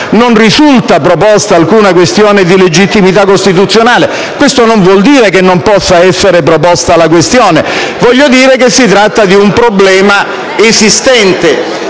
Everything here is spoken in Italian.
sia stata proposta alcuna questione di legittimità costituzionale. Questo non vuol dire che non possa essere proposta ora, ma che si tratta di un problema esistente.